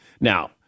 Now